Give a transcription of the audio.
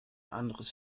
anderes